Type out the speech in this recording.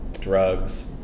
drugs